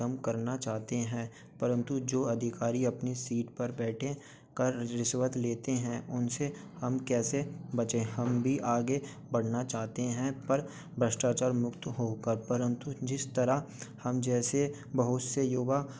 खतम करना चाहते हैं परंतु जो अधिकारी अपनी सीट पर बैठें कर रिश्वत लेते हैं उनसे हम कैसे बचें हम भी आगे बढ़ना चाहते हैं पर भ्रष्टाचार मुक्त होकर परंतु जिस तरह हम जैसे बहुत से युवा